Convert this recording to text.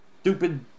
Stupid